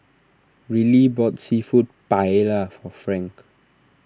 Rillie bought Seafood Paella for Frank